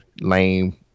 lame